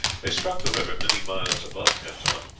they struck the river many miles above canton,